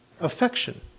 affection